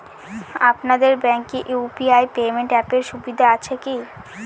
আপনাদের ব্যাঙ্কে UPI payment অ্যাপের সুবিধা আছে কি?